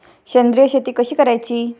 सेंद्रिय शेती कशी करायची?